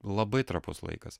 labai trapus laikas